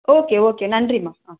okay okay நன்றிம்மா ஆ